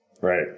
Right